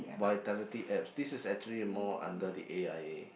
Vitality apps this is actually a more under the A_I_A